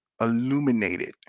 illuminated